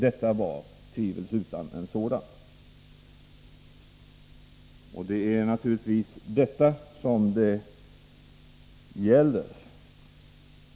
Detta var tvivelsutan en sådan. Det är naturligtvis detta som det gäller.